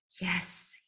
Yes